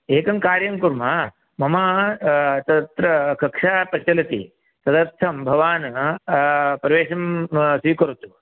एकं कार्यं कुर्मः मम तत्र कक्षा प्रचलति तदर्थं भवान् प्रवेशं स्वीकरोतु